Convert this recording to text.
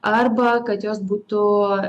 arba kad jos būtų